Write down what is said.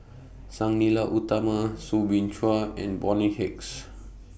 Sang Nila Utama Soo Bin Chua and Bonny Hicks